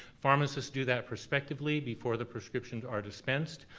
pharmacists do that prospectively, before the prescriptions are dispensed.